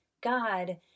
God